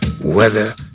weather